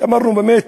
אמרנו באמת,